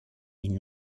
ils